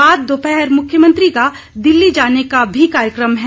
बाद दोपहर मुख्यमंत्री का दिल्ली जाने का भी कार्यक्रम है